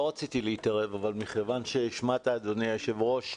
לא רציתי להתערב אבל מכיוון שדיברת אדוני היושב ראש,